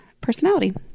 personality